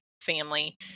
family